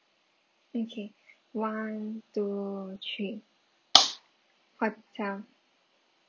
okay one two three hotel